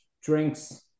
drinks